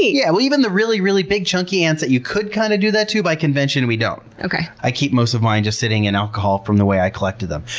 yeah, even the really, really big chunky ants that you could kind of do that to, by convention, we don't. okay. i keep most of mine just sitting in alcohol from the way i collected them.